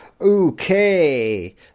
Okay